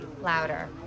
louder